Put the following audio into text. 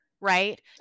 right